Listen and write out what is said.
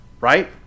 right